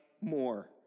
more